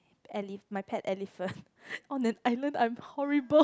ele~ my pet elephant on an island I'm horrible